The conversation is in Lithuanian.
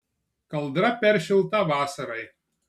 kaldra per šilta vasarai